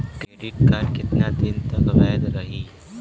Credit card कितना दिन तक वैध रही?